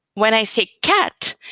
when i say cat,